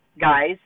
guys